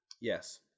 Yes